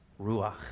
Ruach